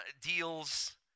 deals